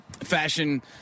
fashion